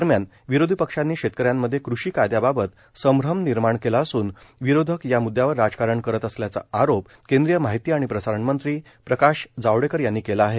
दरम्यान विरोधी पक्षांनी शेतकऱ्यांमध्ये कृषी कायदयांबाबत संश्रम निर्माण केला असून विरोधक या मुददयावर राजकारण करत असल्याचा आरोप केंद्रीय माहिती आणि प्रसारणमंत्री प्रकाश जावडेकर यांनी केला आहे